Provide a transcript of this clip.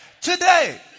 Today